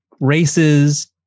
Races